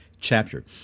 chapter